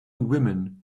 women